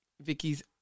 Vicky's